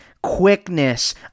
quickness